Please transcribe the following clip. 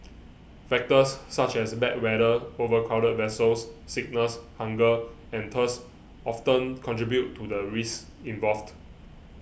factors such as bad weather overcrowded vessels sickness hunger and thirst often contribute to the risks involved